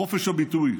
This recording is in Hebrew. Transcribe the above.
חופש הביטוי,